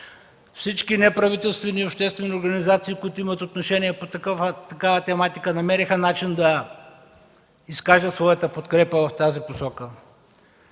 Всички неправителствени обществени организации, които имат отношение по такава тематика, намериха начин да изкажат своята подкрепа в тази посока.